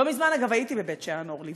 לא מזמן, אגב, הייתי בבית-שאן, אורלי.